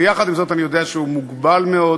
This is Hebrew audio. ויחד עם זאת אני יודע שהוא מוגבל מאוד,